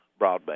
broadband